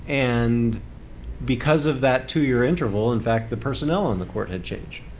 and because of that two-year interval in fact the personnel on the court had changed.